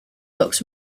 books